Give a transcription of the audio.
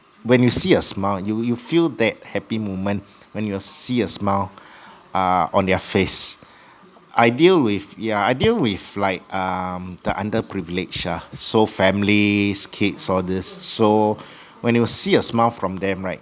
when you see a smile you you feel that happy moment when you see a smile uh on their face I deal with yeah I deal with like um the under privileged ah so families kids all these so when you see a smile from them right